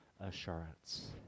assurance